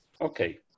Okay